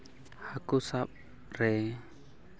ᱦᱟᱹᱠᱩ ᱥᱟᱵ ᱨᱮ